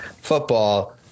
football